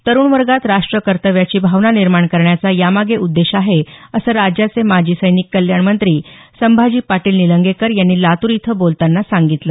तरुण वर्गात राष्ट्र कर्तव्याची भावना निर्माण करण्याचा यामागे उद्देश आहे राज्याचे माजी सैनिक कल्याण मंत्री संभाजी पाटील निलंगेकर यांनी लातूर इथं बोलतांना सांगितलं